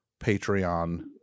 Patreon